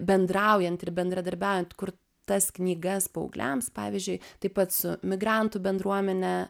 bendraujant ir bendradarbiaujant kur tas knygas paaugliams pavyzdžiui taip pat su migrantų bendruomene